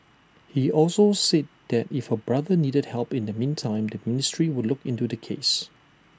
he also said that if her brother needed help in the meantime the ministry would look into the case